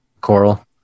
Coral